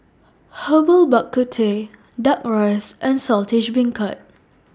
Herbal Bak Ku Teh Duck Rice and Saltish Beancurd